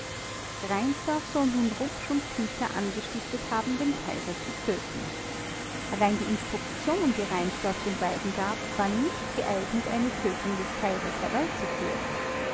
reinsdorf soll nun rupsch und küchler angestiftet haben den kaiser zu töten allein die instruktion die reinsdorf den beiden gab war nicht geeignet eine tötung des kaisers herbeizuführen